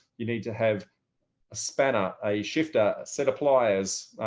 you need to have a spanner, a shifter set of pliers,